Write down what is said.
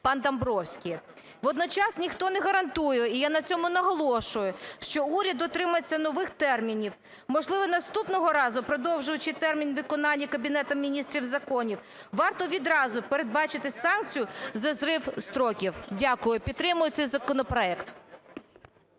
пан Домбровський. Водночас ніхто не гарантує, і я на цьому наголошую, що уряд дотримається нових термінів. Можливо, наступного разу, продовжуючи термін виконання Кабінетом Міністрів законів, варто відразу передбачити санкцію за зрив строків. Дякую. Підтримую цей законопроект.